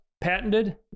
patented